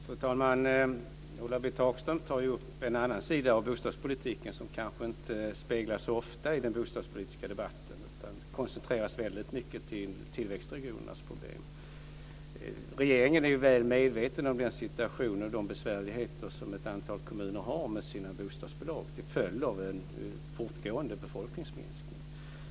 Fru talman! Ulla-Britt Hagström tar upp en sida av bostadspolitiken som kanske inte speglas så ofta i den bostadspolitiska debatten, utan den koncentreras väldigt mycket till tillväxtregionernas problem. Regeringen är väl medveten om den situation och de besvärligheter som ett antal kommuner har med sina bostadsbolag till följd av en fortgående befolkningsminskning.